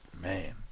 Man